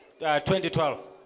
2012